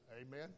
Amen